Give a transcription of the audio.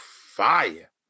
fire